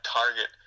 target